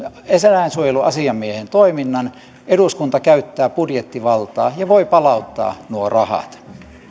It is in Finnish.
eläinsuojeluasiamiehen toiminnan eduskunta käyttää budjettivaltaa ja voi palauttaa nuo rahat